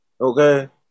Okay